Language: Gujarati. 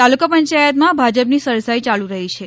તાલુકા પંચાયતમાં ભાજપની સરસાઇ યાલુ રહી છે